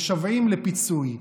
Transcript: משוועים לפיצוי,